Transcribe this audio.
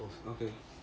okay